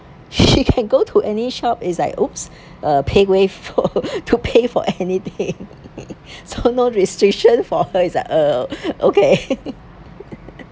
she can go to any shop is like !oops! uh paywave to to pay for anything so no restriction for her it's like uh okay